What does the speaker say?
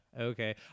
Okay